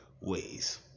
ways